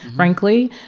frankly,